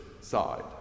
side